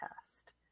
test